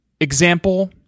example